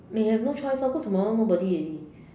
you have no choice lor cause tomorrow nobody already